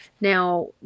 Now